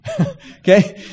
Okay